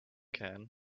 can